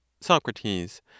Socrates